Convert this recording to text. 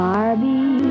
Barbie